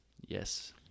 Yes